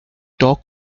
dock